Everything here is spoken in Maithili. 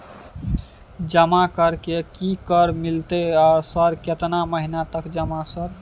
जमा कर के की कर मिलते है सर केतना महीना तक जमा सर?